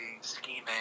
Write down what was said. scheming